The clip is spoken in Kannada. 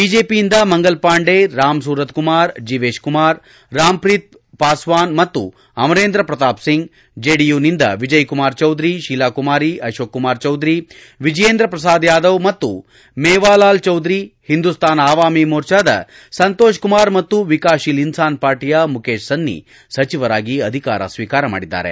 ಬಿಜೆಪಿಯಿಂದ ಮಂಗಲ್ಪಾಂಡೆ ರಾಮ್ಸೂರತ್ಕುಮಾರ್ ಜೀವೇಶ್ಕುಮಾರ್ ರಾಮ್ಪ್ರೀತ್ ಪಾಸ್ವಾನ್ ಮತ್ತು ಅಮರೇಂದ್ರ ಪ್ರತಾಪ್ ಸಿಂಗ್ ಜೆಡಿಯುನಿಂದ ವಿಜಯಕುಮಾರ್ ಚೌಧರಿ ಶೀಲಾಕುಮಾರಿ ಅಶೋಕ್ಕುಮಾರ್ ಚೌಧರಿ ವಿಜಯೇಂದ್ರ ಪ್ರಸಾದ್ ಯಾದವ್ ಮತ್ತು ಮೇವಾಲಾಲ್ ಚೌಧರಿ ಹಿಂದೂಸ್ತಾನ್ ಅವಾಮಿ ಮೋರ್ಚದ ಸಂತೋಷ್ಕುಮಾರ್ ಮತ್ತು ವಿಕಾಸ್ತೀಲ್ ಇನ್ಲಾನ್ ಪಾರ್ಟಿಯ ಮುಖೇಶ್ ಸನ್ನಿ ಸಚಿವರಾಗಿ ಅಧಿಕಾರ ಸ್ನೀಕಾರ ಮಾಡಿದ್ದಾರೆ